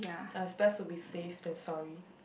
ah it's best to be safe than sorry